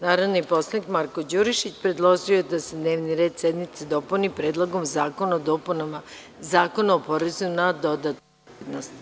Narodni poslanik Marko Đurišić predložio je da se dnevni red sednice dopuni tačkom Predlog zakona o dopunama Zakona o porezu na dodatnu vrednost.